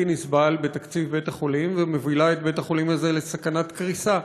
נסבל בתקציב בית-החולים ומובילה את בית-החולים הזה לסכנת קריסה.